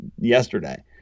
yesterday